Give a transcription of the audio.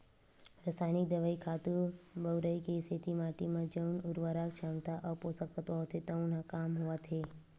रसइनिक दवई, खातू बउरई के सेती माटी म जउन उरवरक छमता अउ पोसक तत्व होथे तउन ह कम होवत हे